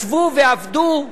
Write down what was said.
ישבו ועבדו,